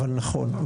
אבל נכון.